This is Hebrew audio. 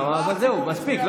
אבל זהו, מספיק.